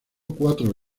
cuatro